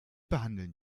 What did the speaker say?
behandeln